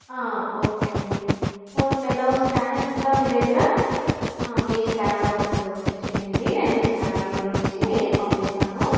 okay అండి ఫోన్పేలో scanners ఉందా మీ దగ్గర మీ స్కానర్ ఒకసారి ఓపెన్ చేయండి నేను మీ స్కానర్లో నుంచి పంపిస్తాను